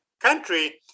country